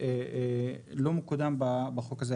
שהקלות לתעשייה לא מקודמות בחוק הזה.